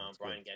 Brian